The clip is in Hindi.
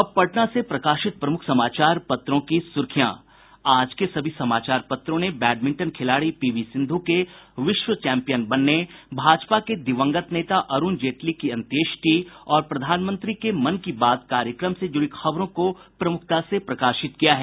अब पटना से प्रकाशित प्रमुख समाचार पत्रों की सुर्खियां आज के सभी समाचार पत्रों ने बैडमिंटन खिलाड़ी पीवी सिंधू के विश्व चैंपियन बनने भाजपा के दिवंगत नेता अरूण जेटली की अंत्येष्टि और प्रधानमंत्री के मन की बात कार्यक्रम से जुड़ी खबरों को प्रमुखता से प्रकाशित किया है